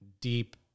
deep